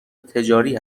تجاری